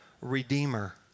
Redeemer